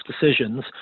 decisions